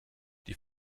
die